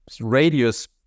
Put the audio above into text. radius